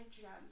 gem